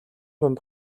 дунд